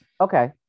Okay